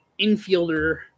infielder